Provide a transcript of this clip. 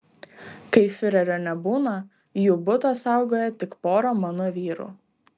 kai fiurerio nebūna jų butą saugoja tik pora mano vyrų